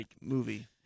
movie